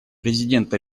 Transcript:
президента